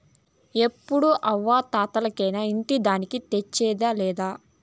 ఎప్పుడూ అవ్వా తాతలకేనా ఇంటి దానికి తెచ్చేదా లేదా